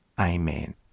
Amen